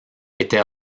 était